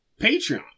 Patreon